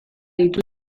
deitu